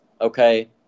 Okay